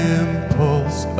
impulse